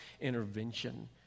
intervention